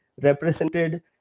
represented